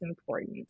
important